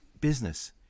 business